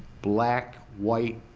black, white,